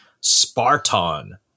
Spartan